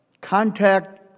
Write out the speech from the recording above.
Contact